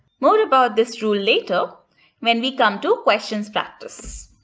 more about this rule later when we come to questions practice.